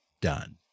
done